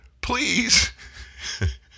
please